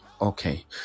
okay